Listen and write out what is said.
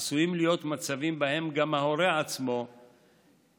עשויים להיות מצבים שבהם גם ההורה עצמו יימצא